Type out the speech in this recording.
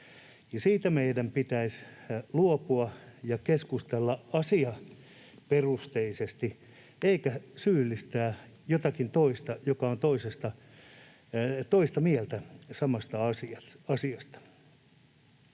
siitä meidän pitäisi luopua ja keskustella asiaperusteisesti eikä syyllistää jotakin toista, joka on toista mieltä samasta asiasta.